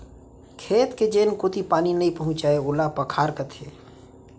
खेत के जेन कोती पानी नइ पहुँचय ओला पखार कथें